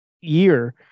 year